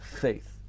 faith